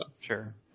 sure